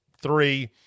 Three